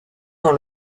dans